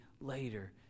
later